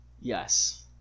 Yes